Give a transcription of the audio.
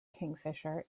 kingfisher